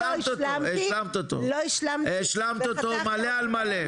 השלמת אותו מלא על מלא.